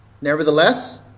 Nevertheless